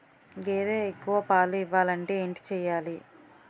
గేదె ఎక్కువ పాలు ఇవ్వాలంటే ఏంటి చెయాలి?